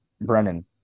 Brennan